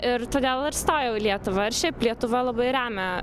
ir todėl ir stojau į lietuvą ir šiaip lietuva labai remia